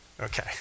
okay